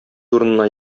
урынына